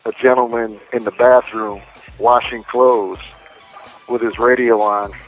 ah gentleman in the bathroom washing clothes with his radio on